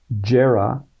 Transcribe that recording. Jera